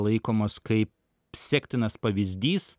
laikomas kaip sektinas pavyzdys